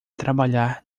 trabalhar